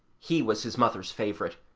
he was his mother's favourite,